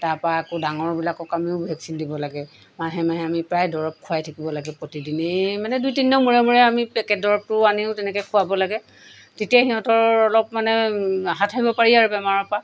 তাৰপৰা আকৌ ডাঙৰবিলাকক আমিও ভেকচিন দিব লাগে মাহে মাহে আমি প্ৰায় দৰৱ খুৱাই থাকিব লাগে প্ৰতিদিনেই মানে দুই তিনি মূৰে মূৰে আমি পেকেট দৰৱটো আনিও তেনেকৈ খুৱাব লাগে তেতিয়া সিহঁতৰ অলপ মানে হাত সাৰিব পাৰি আৰু বেমাৰৰ পৰা